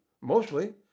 mostly